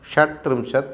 षट्त्रिंशत्